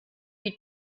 die